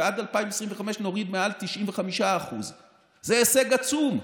ועד 2025 נוריד מעל 95%. זה הישג עצום.